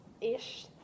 Ish